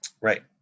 Right